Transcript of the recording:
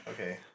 Okay